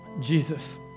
Jesus